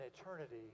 eternity